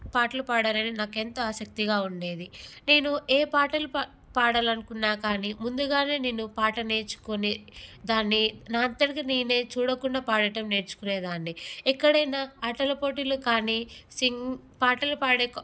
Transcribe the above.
పాటలు పాడాలని నాకెంతో ఆసక్తిగా ఉండేది నేను ఏ పాటలు పా పాడాలనుకున్నా కానీ ముందుగానే నేను పాట నేర్చుకుని దాన్ని నా అంతట చూడకుండా పాడటం నేర్చుకునేదాన్ని ఎక్కడైనా అటల పోటీలు కానీ సింగ్ పాటలు పాడే